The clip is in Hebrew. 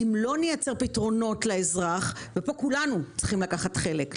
אם לא נייצר פתרונות לאזרח פה כולנו צריכים לקחת חלק.